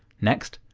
next,